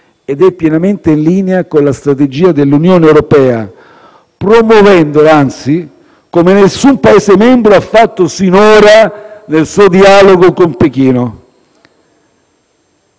ed è pienamente in linea con la strategia dell'Unione europea, promuovendola, anzi, come nessun Paese membro ha fatto sinora nel suo dialogo con Pechino.